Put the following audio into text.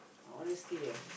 honesty ah